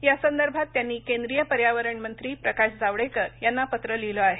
यासंदर्भात त्यांनी केंद्रीय पर्यावरण मंत्री प्रकाश जावडेकर यांना पत्र लिहिलं आहे